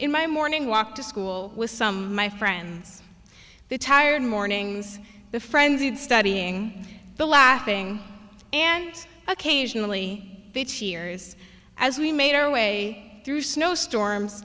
in my morning walk to school with some my friends the tired mornings the frenzied studying the laughing and occasionally cheers as we made our way through snowstorms